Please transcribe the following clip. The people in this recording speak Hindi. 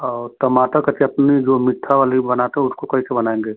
और टमाटर का चटनी जो मिठी वाली में बनाते उसको कैसे बनाऍंगे